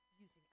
using